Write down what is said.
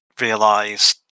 realized